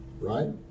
Right